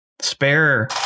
Spare